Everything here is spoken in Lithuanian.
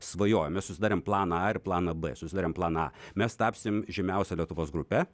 svajojom sudarėm planą a ir planą b susidarėm planą a mes tapsim žymiausia lietuvos grupe